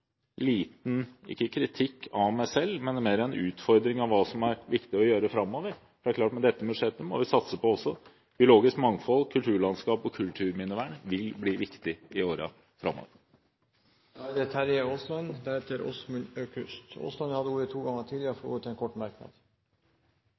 liten ting – ikke kritikk av meg selv, men mer en utfordring – om hva som er viktig å gjøre framover. Det er klart at med dette budsjettet må vi også satse på biologisk mangfold, og kulturlandskap og kulturminnevern vil bli viktig i årene framover. Representanten Terje Aasland har hatt ordet to ganger